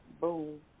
Boom